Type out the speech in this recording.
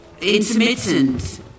intermittent